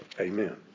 amen